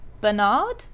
Bernard